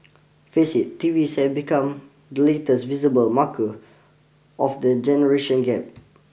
face it T Vs have become the latest visible marker of the generation gap